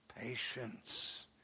patience